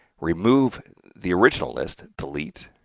remove the original list, delete,